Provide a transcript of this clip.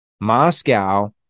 Moscow